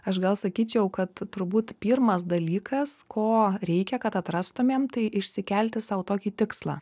aš gal sakyčiau kad turbūt pirmas dalykas ko reikia kad atrastumėm tai išsikelti sau tokį tikslą